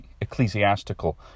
ecclesiastical